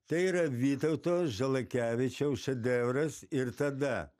tai yra vytauto žalakevičiaus šedevras ir tada